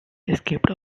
escaped